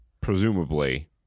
presumably